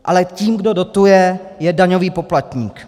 Ale tím, kdo dotuje, je daňový poplatník.